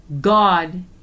God